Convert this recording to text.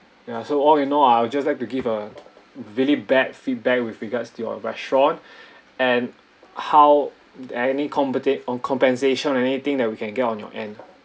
ya so all you know I'll just like to give a really bad feedback with regards to your restaurant and how any compen~ on compensation or anything that we can get on your end